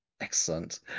excellent